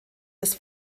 des